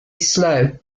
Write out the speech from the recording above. slow